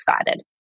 excited